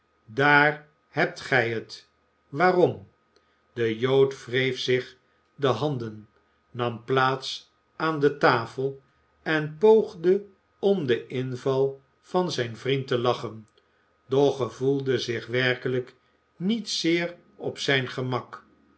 daar hebt gij het waarom de jood wreef zich de handen nam plaats aan de tafel en poogde om den inval van zijn vriend te lachen doch gevoelde zich werkelijk niet zeer op zijn gemak